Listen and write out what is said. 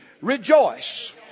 rejoice